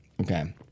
Okay